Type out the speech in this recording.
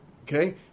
Okay